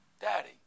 Daddy